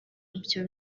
ibyo